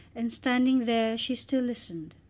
and standing there she still listened.